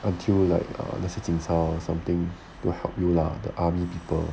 until like err the 事情烧 or something to help you lah the army people